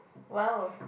!wow!